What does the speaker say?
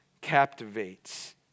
captivates